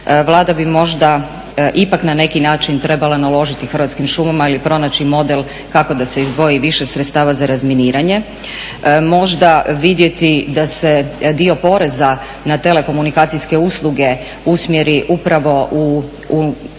Vlada bi možda ipak na neki način trebala naložiti Hrvatskim šumama ili pronaći model kako da se izdvoji više sredstava za razminiranje. Možda vidjeti da se dio poreza na telekomunikacijske usluge usmjeri upravo u